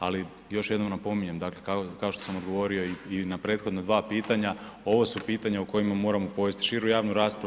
Ali još jednom napominjem dakle kao što sam odgovorio i na prethodna dva pitanja ovo su pitanja o kojima moramo povesti širu javnu raspravu.